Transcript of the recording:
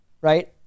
right